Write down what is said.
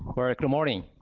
well good morning.